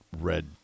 red